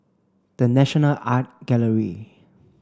The National Art Gallery